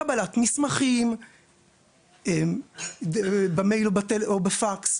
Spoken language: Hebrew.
קבלת מסמכים במייל או בפקס,